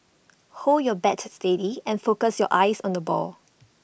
hold your bat steady and focus your eyes on the ball